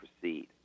proceed